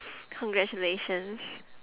congratulations